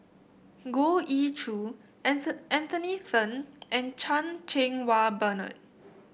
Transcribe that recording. Goh Ee Choo Anthony Then and Chan Cheng Wah Bernard